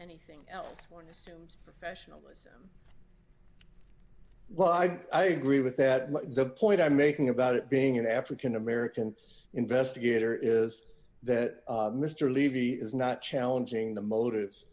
anything else one sims professionalism well i agree with that but the point i'm making about it being an african american investigator is that mr levy is not challenging the motives